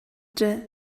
дьэ